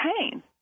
pain